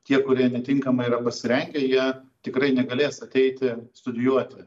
tie kurie netinkamai yra pasirengę jie tikrai negalės ateiti studijuoti